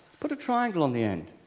put a triangle on the end.